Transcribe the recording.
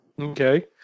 Okay